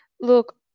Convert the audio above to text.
look